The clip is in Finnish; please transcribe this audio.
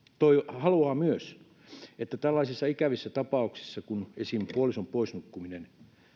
haluaa että tällaisissa ikävissä tapauksissa kuin esimerkiksi puolison pois nukkuessa